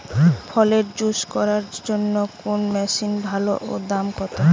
ফলের জুস করার জন্য কোন মেশিন ভালো ও দাম কম?